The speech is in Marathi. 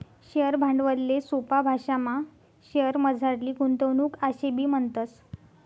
शेअर भांडवलले सोपा भाशामा शेअरमझारली गुंतवणूक आशेबी म्हणतस